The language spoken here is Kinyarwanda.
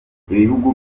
ibihugu